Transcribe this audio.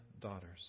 daughters